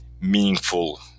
meaningful